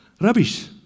Rubbish